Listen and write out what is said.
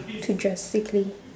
to drastically